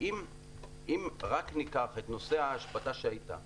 אם רק ניקח את נושא ההשבתה שהייתה